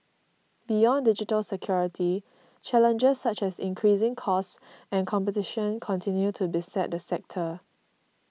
beyond digital security challenges such as increasing costs and competition continue to beset the sector